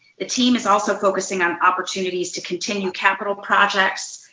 the team is also focusing on opportunities to continue capital projects,